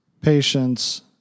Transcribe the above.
patience